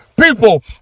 people